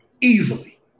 easily